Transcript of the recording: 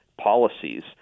policies